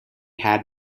had